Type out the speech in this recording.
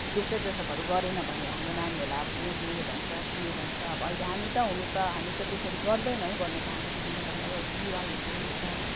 त्यस्तै ड्रेसअपहरू गरेन भने हाम्रो नानीहरूलाई अब कोदे भन्छ के भन्छ अब अहिले हामी त हुनु त हामी त त्यसरी गर्दैनौँ गर्नु त हामी त किनभने विवाहित हो एउटा